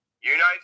United